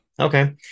Okay